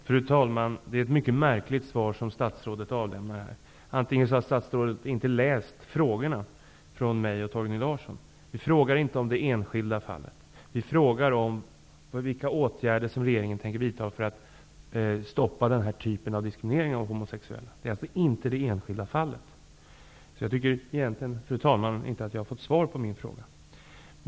Fru talman! Det är ett mycket märkligt svar som statsrådet här avlämnat. Kanske har statsrådet inte läst frågorna från mig och Torgny Larsson. Vi frågar inte om det enskilda fallet utan om vilka åtgärder regeringen tänker vidta för att stoppa den här typen av diskriminering av homosexuella. Jag tycker egentligen, fru talman, inte att jag har fått svar på min fråga.